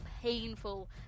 painful